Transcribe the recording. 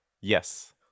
Yes